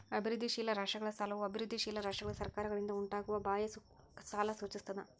ಅಭಿವೃದ್ಧಿಶೀಲ ರಾಷ್ಟ್ರಗಳ ಸಾಲವು ಅಭಿವೃದ್ಧಿಶೀಲ ರಾಷ್ಟ್ರಗಳ ಸರ್ಕಾರಗಳಿಂದ ಉಂಟಾಗುವ ಬಾಹ್ಯ ಸಾಲ ಸೂಚಿಸ್ತದ